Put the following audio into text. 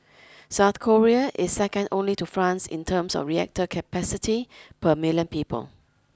South Korea is second only to France in terms of reactor capacity per million people